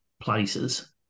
places